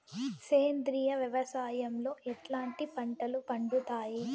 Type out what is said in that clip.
సేంద్రియ వ్యవసాయం లో ఎట్లాంటి పంటలు పండుతాయి